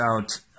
out